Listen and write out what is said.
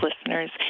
listeners